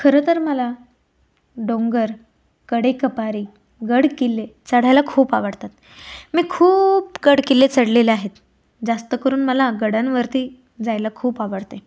खरं तर मला डोंगर कडेकपारी गडकिल्ले चढायला खूप आवडतात मी खूप गडकिल्ले चढलेले आहेत जास्त करून मला गडांवरती जायला खूप आवडते